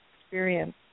experience